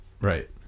Right